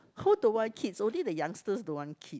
who don't want kids only the youngsters don't want kid